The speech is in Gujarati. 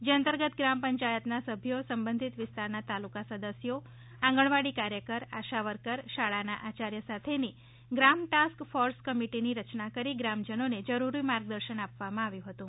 જે અંતર્ગત ગ્રામ પંચાયતના સભ્યો સંબંધિત વિસ્તારના તાલુકા સદસ્યો આંગણવાડી કાર્યકર આશાવર્કર શાળાના આચાર્ય સાથેની ગ્રામ ટાસ્ક ફોર્સ કમિટિ ની રચના કરી ગ્રામજનોને જરૂરી માર્ગદર્શન આપવામા આવ્યુ હતુ